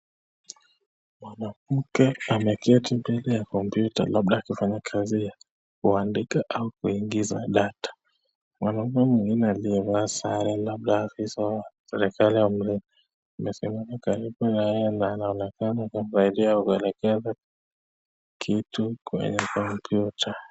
Mwanamke ameketi mbele ya computer labda akifanya kazi ya kuandika au kuingizwa data . Mwanaume mwingine alivaa sare labda afisa wa serikali amasimama karibu naye na anaonekana maeneo ya kuelekeza kitu kwenye computer.